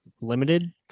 limited